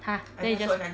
!huh! then you just